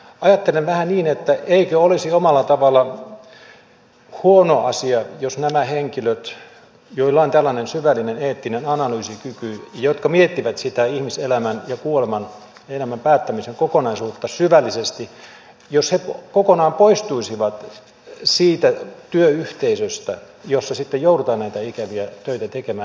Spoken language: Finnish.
ajattelen vähän niin että eikö olisi omalla tavallaan huono asia jos nämä henkilöt joilla on tällainen syvällinen eettinen analyysikyky jotka miettivät sitä ihmiselämän ja kuoleman ja elämän päättämisen kokonaisuutta syvällisesti kokonaan poistuisivat siitä työyhteisöstä jossa sitten joudutaan näitä ikäviä töitä tekemään